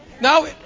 Now